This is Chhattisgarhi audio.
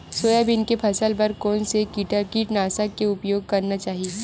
सोयाबीन के फसल बर कोन से कीटनाशक के उपयोग करना चाहि?